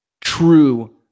true